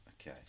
Okay